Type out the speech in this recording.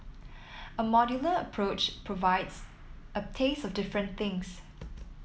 a modular approach provides a taste of different things